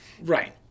Right